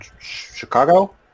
Chicago